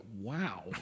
wow